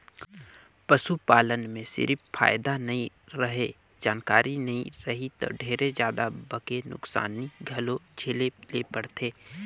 पसू पालन में सिरिफ फायदा नइ रहें, जानकारी नइ रही त ढेरे जादा बके नुकसानी घलो झेले ले परथे